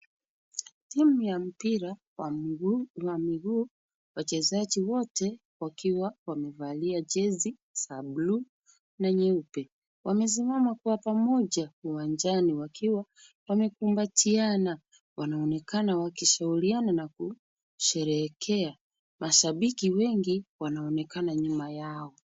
Timu ya mpira wa miguu, wachezaji wote wakiwa wamevalia jezi za buluu na nyeupe. Wamesimama kwa pamoja uwanjani wakiwa wamekumbatiana. Wanaonekana wakishauriana na kusherehekea. Mashabiki wengi wanaonekana nyuma yao.